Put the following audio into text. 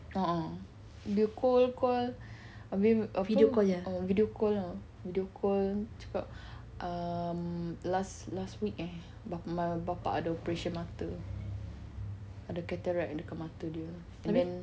a'ah dia call call habis apa ah video call video call cakap err last last week eh my bapa ada operation mata ada katarak dekat mata dia and then